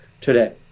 today